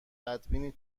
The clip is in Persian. بدبینی